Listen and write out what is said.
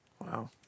Wow